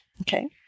Okay